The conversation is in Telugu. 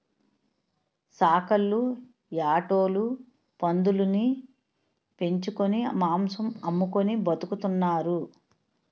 సాకల్లు యాటోలు పందులుని పెంచుకొని మాంసం అమ్ముకొని బతుకుతున్నారు